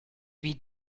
wie